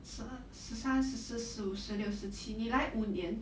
十二十三十四十五十六十七你来五年